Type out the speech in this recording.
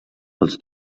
els